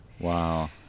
Wow